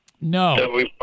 No